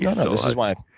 yeah this is why